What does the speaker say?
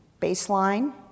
Baseline